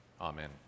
amen